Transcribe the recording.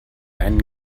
einen